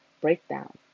breakdown